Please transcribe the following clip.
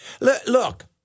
Look